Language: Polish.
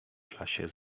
klasie